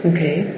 Okay